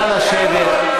נא לשבת.